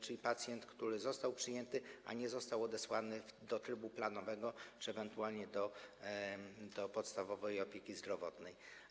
Chodzi o pacjenta, który został przyjęty, a nie został odesłany do trybu planowego czy ewentualnie do podstawowej opieki zdrowotnej.